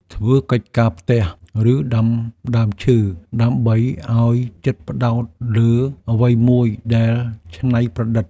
ធ្វើកិច្ចការផ្ទះ ឬដាំដើមឈើ ដើម្បីឱ្យចិត្តផ្ដោតលើអ្វីមួយដែលច្នៃប្រឌិត។